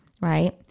right